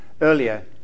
earlier